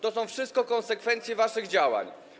To są wszystko konsekwencje waszych działań.